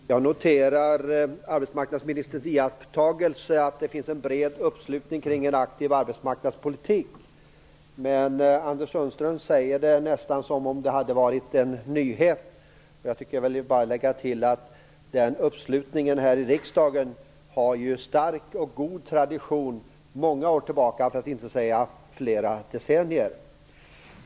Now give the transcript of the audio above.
Herr talman! Jag noterar arbetsmarknadsministerns iakttagelse om att det finns en bred uppslutning kring en aktiv arbetsmarknadspolitik. Men Anders Sundström säger det nästan som om det hade varit en nyhet. Jag vill lägga till att den uppslutningen här i riksdagen har en stark och god tradition sedan många år tillbaka, för att inte säga flera decennier.